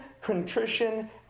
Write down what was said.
contrition